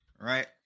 right